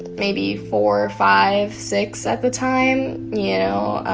maybe four, five, six at the time, you know,